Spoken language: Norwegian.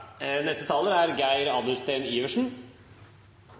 Neste talar er